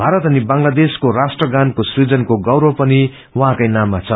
भारत अनि बंगलादेशको राष्ट्रगानको सुजनाको गौरव पनि उहाँकै नाममा छ